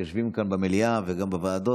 שיושבים כאן במליאה וגם בוועדות.